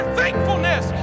thankfulness